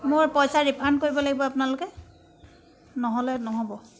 মোৰ পইচা ৰিফাণ্ড কৰিব লাগিব আপোনালোকে নহ'লে নহ'ব